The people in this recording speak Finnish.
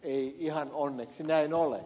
ei ihan onneksi näin ole